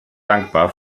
dankbar